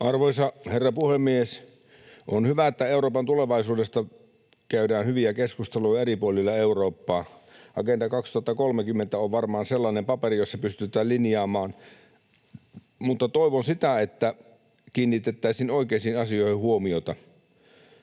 Arvoisa herra puhemies! On hyvä, että Euroopan tulevaisuudesta käydään hyviä keskusteluja eri puolilla Eurooppaa. Agenda 2030 on varmaan sellainen paperi, jossa sitä pystytään linjaamaan, mutta toivon, että kiinnitettäisiin oikeisiin asioihin huomiota.